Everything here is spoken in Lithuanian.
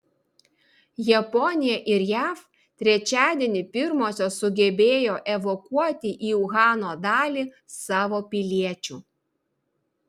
japonija ir jav trečiadienį pirmosios sugebėjo evakuoti į uhano dalį savo piliečių